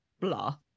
blah